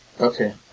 okay